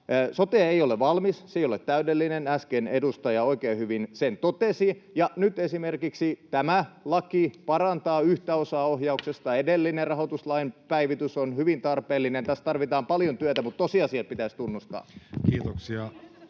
Sote ei ole valmis, se ei ole täydellinen. Äsken edustaja oikein hyvin sen totesi. Nyt esimerkiksi tämä laki parantaa yhtä osaa ohjauksesta, edellinen — rahoituslain päivitys — on hyvin tarpeellinen. Tässä tarvitaan paljon työtä, mutta tosiasiat pitäisi tunnustaa. [Krista